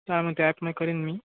चालेल मग त्या ॲपमध्ये करीन मी